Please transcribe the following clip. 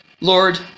Lord